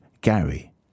Gary